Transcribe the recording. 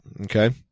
Okay